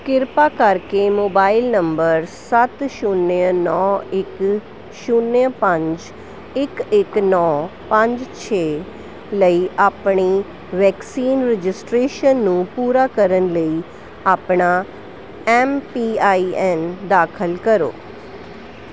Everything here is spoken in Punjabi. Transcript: ਕਿਰਪਾ ਕਰਕੇ ਮੋਬਾਈਲ ਨੰਬਰ ਸੱਤ ਸ਼ੂਨਿਆ ਨੌਂ ਇੱਕ ਸ਼ੂਨਿਆ ਪੰਜ ਇੱਕ ਇੱਕ ਨੌਂ ਪੰਜ ਛੇ ਲਈ ਆਪਣੀ ਵੈਕਸੀਨ ਰਜਿਸਟ੍ਰੇਸ਼ਨ ਨੂੰ ਪੂਰਾ ਕਰਨ ਲਈ ਆਪਣਾ ਐਮ ਪੀ ਆਈ ਐਨ ਦਾਖ਼ਲ ਕਰੋ